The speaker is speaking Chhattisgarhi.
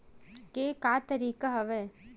के का तरीका हवय?